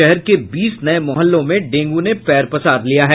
शहर के बीस नये मुहल्लों में डेंगू ने पैर पसार दिया है